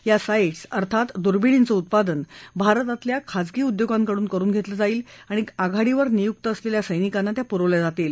या साईट्स अर्थात दुर्विणींचं उत्पादन भारतातल्या खासगी उद्योगांकडून करुन घेतलं जाईल आणि आघाडीवर नियुक्त असलेल्या सैनिकांना त्या पुरवल्या जातील